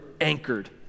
anchored